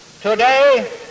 Today